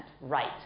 right